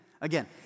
again